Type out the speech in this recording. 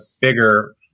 bigger